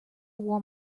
warm